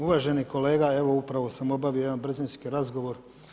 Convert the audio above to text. Uvaženi kolega evo upravo sam obavi jedan brzinski razgovor.